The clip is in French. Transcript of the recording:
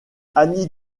annie